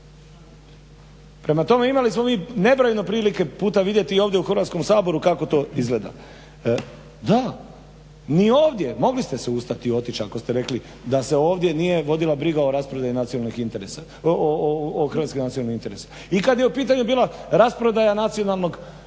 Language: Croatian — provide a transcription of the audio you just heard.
Prema tome, imali smo mi nebrojeno prilike puta vidjeti i ovdje u Hrvatskom saboru kako to izgleda. Da, ni ovdje mogli ste se ustati i otići ako ste rekli da se ovdje nije vodila briga o hrvatskim nacionalnim interesima i kada je u pitanju bila rasprodaja nacionalnog bogatstva.